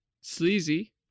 sleazy